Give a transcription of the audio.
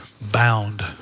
bound